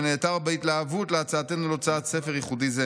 שנעתר בהתלהבות להצעתנו להוצאת ספר ייחודי זה,